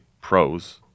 pros